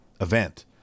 event